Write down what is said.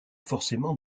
forcément